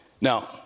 Now